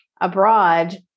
abroad